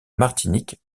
martinique